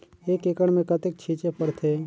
एक एकड़ मे कतेक छीचे पड़थे?